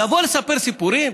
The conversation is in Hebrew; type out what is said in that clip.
לבוא לספר סיפורים?